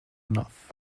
enough